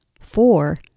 Four